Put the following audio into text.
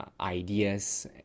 ideas